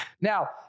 Now